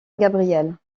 gabriel